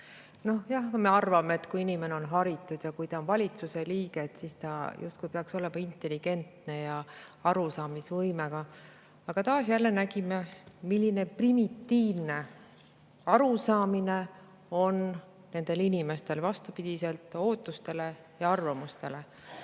Jah, me arvame, et kui inimene on haritud ja ta on valitsuse liige, siis ta justkui peaks olema intelligentne ja arusaamisvõimega. Aga taas nägime, milline primitiivne arusaamine nendel inimestel on, vastupidiselt ootustele ja arvamustele. Tõesti